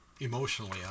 emotionally